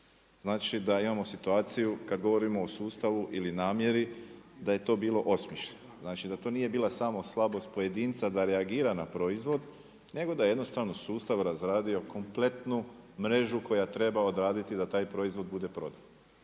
Znači da imamo situaciju, kada govorimo o sustavu ili namjeri da je to bilo osmišljeno. Znači da to nije bila samo slabost pojedinca da reagira na proizvod, nego da jednostavno sustav razradio kompletnu mrežu koja odraditi da taj proizvod bude prodan.